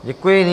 Děkuji.